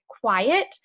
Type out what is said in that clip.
quiet